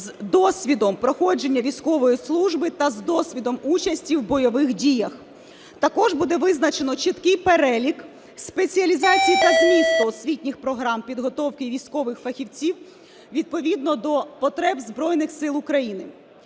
з досвідом проходження військової служби та з досвідом участі в бойових діях. Також буде визначено чіткий перелік спеціалізацій та змісту освітніх програм підготовки військових фахівців відповідно до потреб Збройних Сил України.